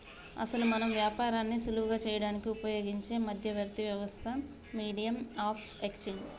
అసలు మనం వ్యాపారాన్ని సులువు చేయడానికి ఉపయోగించే మధ్యవర్తి వ్యవస్థ మీడియం ఆఫ్ ఎక్స్చేంజ్